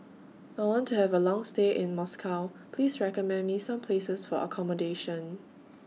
I want to Have A Long stay in Moscow Please recommend Me Some Places For accommodation